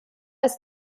ist